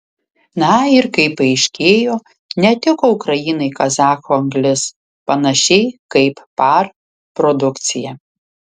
na ir kaip paaiškėjo netiko ukrainai kazachų anglis panašiai kaip par produkcija